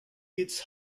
its